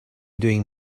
doing